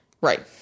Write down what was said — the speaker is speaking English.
Right